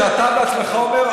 שאתה בעצמך אומר,